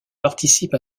participe